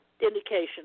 indication